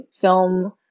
film